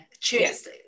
cheers